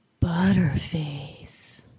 Butterface